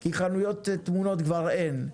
כי חנויות תמונות כבר אין,